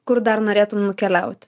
kur dar norėtum nukeliauti